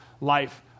life